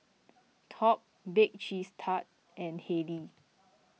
Top Bake Cheese Tart and Haylee